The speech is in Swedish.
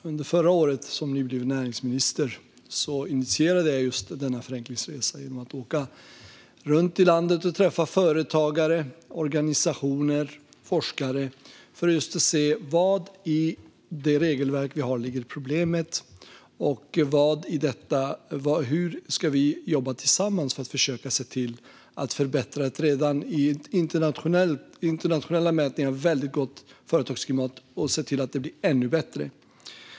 Under förra året, som nybliven näringsminister, initierade jag just denna förenklingsresa genom att åka runt i landet och träffa företagare, organisationer och forskare för att just se var problemet ligger i det regelverk som vi har och hur vi ska jobba tillsammans för att försöka se till att förbättra ett redan enligt internationella mätningar mycket gott företagsklimat och se till att det blir ännu bättre.